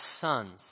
sons